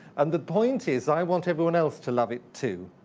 and the point is i want everyone else to love it, too.